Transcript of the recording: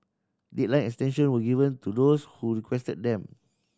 deadline extension were given to those who requested them